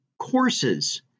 courses